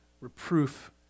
reproof